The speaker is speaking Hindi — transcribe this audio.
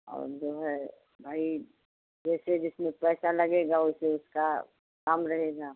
और जो है भाई जैसे जिसमें पैसा लगेगा वैसे उसका काम रहेगा